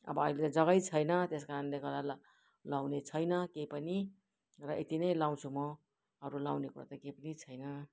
अब अहिले जग्गै छैन त्यस कारणले गर्दा ल लगाउने छैन केही पनि र यति नै लाउँछु म अरू लगाउने कुरा त केही पनि छैन